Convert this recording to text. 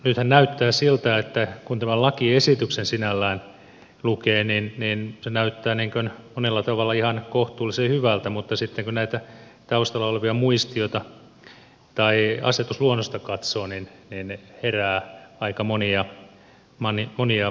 nythän näyttää siltä että kun tämän lakiesityksen sinällään lukee niin se näyttää monella tavalla ihan kohtuullisen hyvältä mutta sitten kun näitä taustalla olevia muistioita tai asetusluonnosta katsoo herää aika monia kysymyksiä